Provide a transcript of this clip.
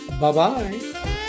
Bye-bye